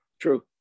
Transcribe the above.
true